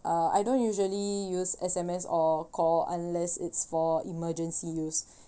uh I don't usually use S_M_S or call unless it's for emergency use